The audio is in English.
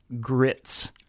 Grits